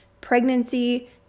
pregnancy